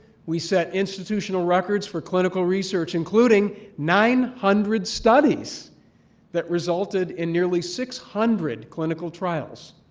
we set institutional records for clinical research, including nine hundred studies that resulted in nearly six hundred clinical trials.